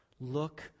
look